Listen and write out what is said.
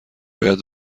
باید